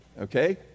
Okay